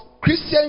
Christian